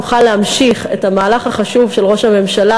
נוכל להמשיך את המהלך החשוב של ראש הממשלה